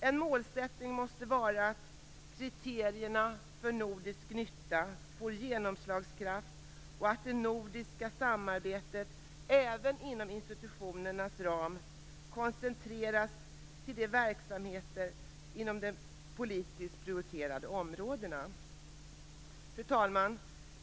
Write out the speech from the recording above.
En målsättning måste vara att kriterierna för s.k. nordisk nytta får genomslagskraft och att det nordiska samarbetet även inom institutionernas ram koncentreras till verksamhet inom de politiskt prioriterade områdena. Fru talman!